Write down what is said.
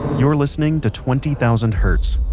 you're listening to twenty thousand hertz,